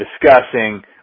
discussing